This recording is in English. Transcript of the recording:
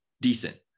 decent